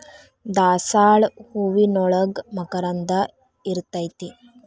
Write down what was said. ದಾಸಾಳ ಹೂವಿನೋಳಗ ಮಕರಂದ ಇರ್ತೈತಿ